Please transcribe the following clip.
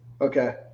Okay